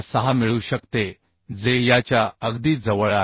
06 मिळू शकते जे याच्या अगदी जवळ आहेत